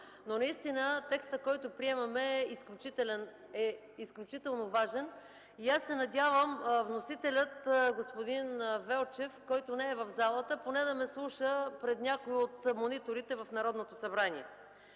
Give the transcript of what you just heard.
в тази зала. Текстът, който приемаме е изключително важен. Надявам се вносителят – господин Велчев, който не е в залата, поне да ме слуша пред някой от мониторите в Народното събрание.